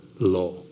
law